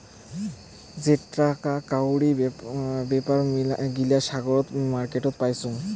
যেটাকা কাউরি বেপার গিলা সোগায় মার্কেটে পাইচুঙ